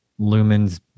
lumens